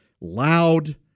loud